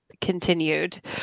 continued